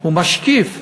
הוא משקיף.